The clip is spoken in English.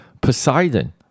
Poseidon